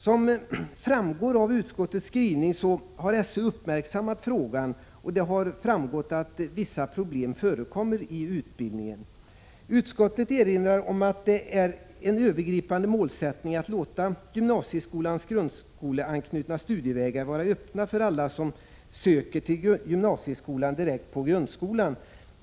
Som framgår av utskottets skrivning har SÖ uppmärksammat frågan, och det har framgått att vissa problem förekommer i utbildningen. Utskottet erinrar om att det är en övergripande målsättning att låta gymnasieskolans grundskoleanknutna studievägar vara öppna för alla som söker till gymnasieskolan direkt från grundskolan.